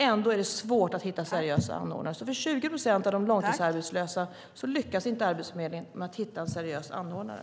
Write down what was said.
Ändå är det svårt att hitta seriösa anordnare. För 20 procent av de långtidsarbetslösa lyckas inte Arbetsförmedlingen hitta en seriös anordnare.